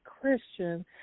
Christian